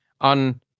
on